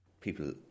People